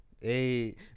Hey